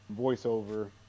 voiceover